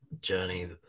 journey